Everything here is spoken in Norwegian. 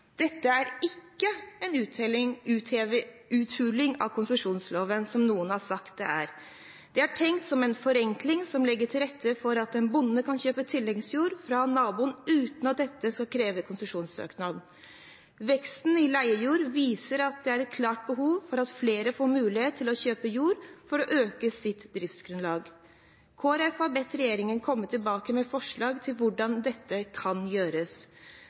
Dette er ikke en uthuling av konsesjonsloven, som noen har sagt det er. Det er tenkt som en forenkling som legger til rette for at en bonde kan kjøpe tilleggsjord fra naboen, uten at dette skal kreve konsesjonssøknad. Veksten i andelen leiejord viser at det er et klart behov for at flere får mulighet til å kjøpe jord for å øke sitt driftsgrunnlag. Kristelig Folkeparti har bedt regjeringen komme tilbake med forslag til hvordan dette kan gjøres.